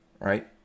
right